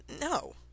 No